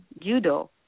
judo